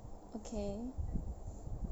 okay